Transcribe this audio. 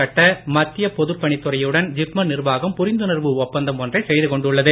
கட்ட மத்திய பொதுப் பணித்துறையுடன் ஜிப்மர் நிர்வாகம் புரிந்துணர்வு ஒப்பந்தம் ஒன்றை செய்து கொண்டுள்ளது